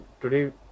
today